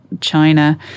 China